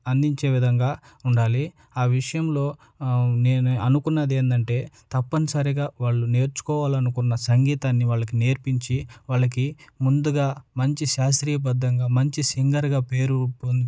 అందించే విధంగా ఉండాలి ఆ విషయంలో నేను అనుకున్నది ఏంటంటే తప్పనిసరిగా వాళ్ళు నేర్చుకోవాలనుకున్న సంగీతాన్ని వాళ్ళకి నేర్పించి వాళ్ళకి ముందుగా మంచి శాస్త్రీయ బద్దంగా మంచి సింగర్గా పేరు పొం